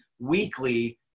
weekly